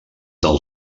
del